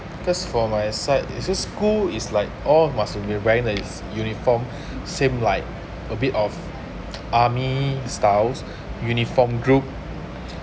because for my side you see school is like all must be wearing the is uniform same like a bit of army styles uniform group